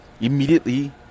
immediately